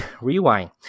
Rewind